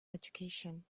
education